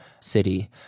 city